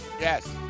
yes